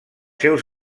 seus